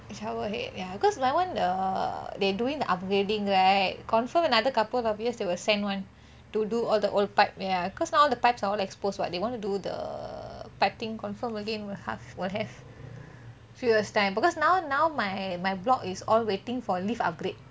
shower head ya because my one err they doing the upgrading right confirm another couple of years they will send one to do all the old pipe ya because now all the pipes all exposed what they want to do the piping confirm again will have will have few years time because now now my my block is all waiting for lift upgrade